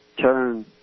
turn